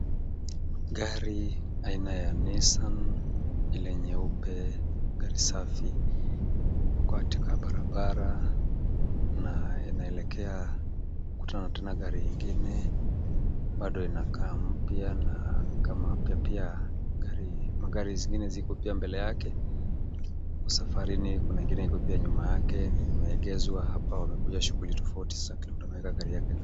Gari aina ya Nissan ile nyeupe, gari safi liko katika barabara na inaelekea kukutana tena na gari nyingine bado linakaa mpya na nikama pia magari zingine ziko pia mbele yake safarini, kuna ingine iko pia nyuma yake limeegeshwa hapo wamekuja shughuli tofauti na anatumika gari yake.